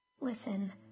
Listen